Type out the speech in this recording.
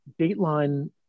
dateline